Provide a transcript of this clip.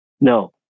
No